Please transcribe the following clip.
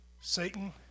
Satan